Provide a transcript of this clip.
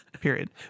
Period